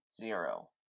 zero